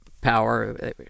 power